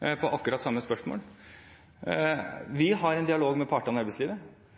på akkurat det samme spørsmålet tidligere i dag – er at vi har en dialog med partene i arbeidslivet.